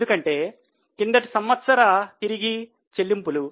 ఎందుకంటే కిందటి సంవత్సర తిరిగి చెల్లింపులు